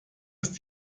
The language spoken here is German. ist